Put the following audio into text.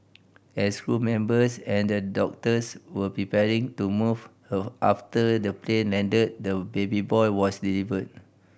as crew members and the doctors were preparing to move her after the plane landed the baby boy was delivered